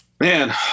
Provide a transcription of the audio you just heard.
man